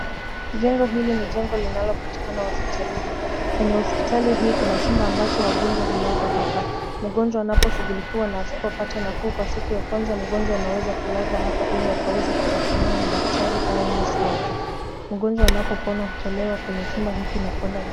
Jengo hili ni jengo linalopatikana hospitalini. Kwenye hospitali hii kuna chumba ambacho wagonjwa hulazwa hapa. Mgonjwa anaposhughulikiwa na asipopata nafuu kwa siku ya kwanza, mgonjwa anaweza kulazwa hapa ili akaweze kutathminiwa na daktari au nesi wake. Mgonjwa anapopona hutolewa kwenye chumba hiki na kwenda nyumbani.